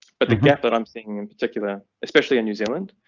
but the gap that i'm seeing in particular, especially in new zealand,